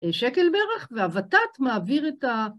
שקל בערך, והות"ת מעביר את ה...